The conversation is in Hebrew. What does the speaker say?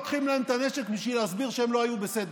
לוקחים להם את הנשק בשביל להסביר שהם לא היו בסדר.